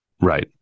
Right